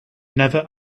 never